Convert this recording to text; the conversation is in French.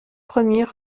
premiers